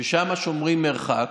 ששם שומרים מרחק,